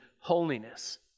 holiness